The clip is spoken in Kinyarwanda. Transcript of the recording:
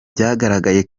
byagaragaye